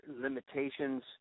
limitations